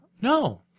No